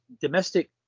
domestic